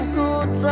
good